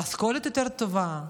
המשכורת יותר טובה,